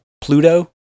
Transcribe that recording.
Pluto